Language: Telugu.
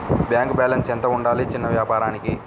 బ్యాంకు బాలన్స్ ఎంత ఉండాలి చిన్న వ్యాపారానికి?